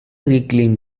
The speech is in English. reclaim